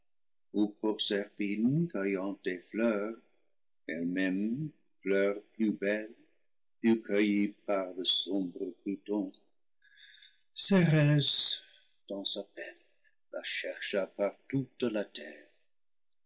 des fleurs elle-même fleur plus belle fut cueillie par le sombre pluton cérès dans sa peine la chercha par toute la terre